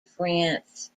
france